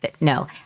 no